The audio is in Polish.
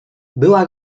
była